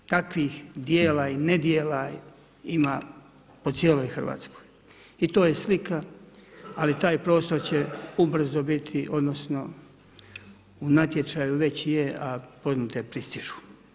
Takvih djela i nedjela ima po cijeloj Hrvatskoj i to je slika, ali taj prostor će ubrzo biti odnosno u natječaju već je, a ponude pristižu.